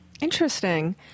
Interesting